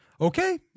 Okay